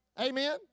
Amen